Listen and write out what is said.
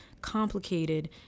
complicated